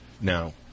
Now